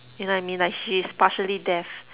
you know I mean like she's partially deaf